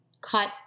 cut